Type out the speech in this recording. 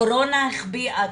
הקורונה החביאה,